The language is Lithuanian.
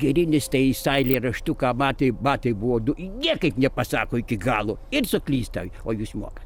girinis tai jis tą eilėraštuką batai batai buvo du niekaip nepasako iki galo ir suklysta o jūs moka